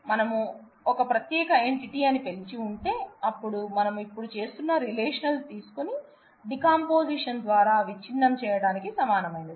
మనము ఒక ప్రత్యేక ఎంటిటి అని పిలిచి ఉంటే అప్పుడు మనము ఇప్పుడు చేస్తున్న రిలేషన్ తీసుకొని డీకంపోసిషన్ ద్వారా విచ్ఛిన్నం చేయటానికి సమానమైనది